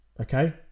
Okay